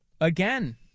Again